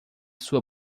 sua